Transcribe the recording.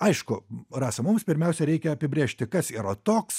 aišku rasa mums pirmiausia reikia apibrėžti kas yra toks